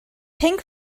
pink